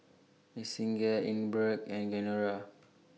Yessenia Ingeborg and Genaro